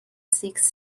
seeks